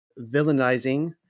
villainizing